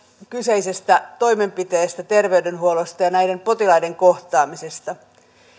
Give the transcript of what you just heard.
kyseisestä toimenpiteestä terveydenhuollosta ja näiden potilaiden kohtaamisesta